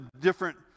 different